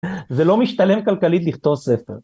זה לא משתלם כלכלית לכתוב ספר.